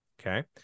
Okay